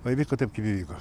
o įvyko taip kaip įvyko